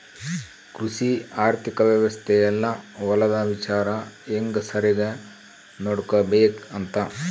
ಕೃಷಿ ಆರ್ಥಿಕ ವ್ಯವಸ್ತೆ ಯೆಲ್ಲ ಹೊಲದ ವಿಚಾರ ಹೆಂಗ ಸರಿಗ ನೋಡ್ಕೊಬೇಕ್ ಅಂತ